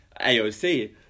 AOC